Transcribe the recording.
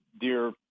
dear